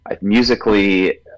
Musically